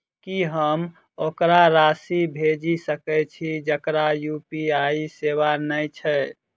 की हम ओकरा राशि भेजि सकै छी जकरा यु.पी.आई सेवा नै छै?